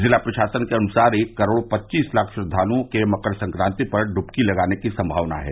जिला प्रशासन के अनुसार एक करोड़ पच्चीस लाख श्रद्वालुओं के मकर संक्राति पर डुबकी लगाने की सम्भावना है